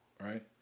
right